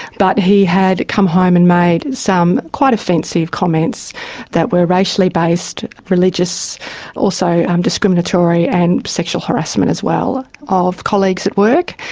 but he had come home and made some quite offensive comments that were racially based, religious also discriminatory, and sexual harassment as well, of colleagues at work.